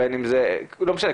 לא משנה,